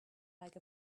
like